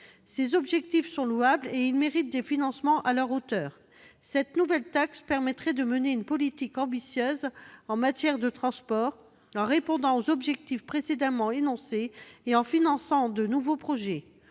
Ces objectifs sont louables et méritent des financements à leur hauteur. Cette nouvelle taxe permettrait de mener une politique ambitieuse en matière de transport, en répondant aux objectifs précédemment énoncés et en finançant de nouveaux projets.